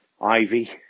Ivy